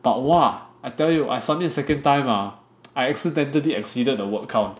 but !wah! I tell you I submit the second time ah I accidentally exceeded the word count